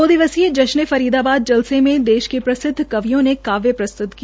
दो दिवसीय जश्न ए फरीदाबाद जलसे में देश के प्रसिद्व कवियों ने काव्य प्रस्तृत किया